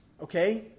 Okay